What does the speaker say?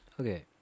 Okay